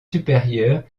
supérieures